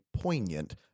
poignant